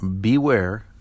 beware